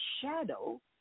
shadow